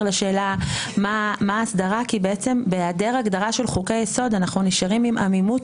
לשאלה מה ההסדרה כי בעצם בהיעדר הגדרה של חוקי יסוד אנחנו נשארים עם עמימות